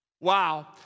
Wow